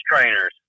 trainers